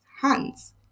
hands